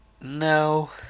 No